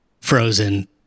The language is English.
frozen